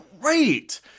great